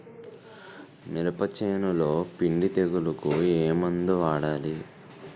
మినప చేనులో పిండి తెగులుకు ఏమందు వాడాలి?